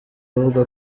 avuga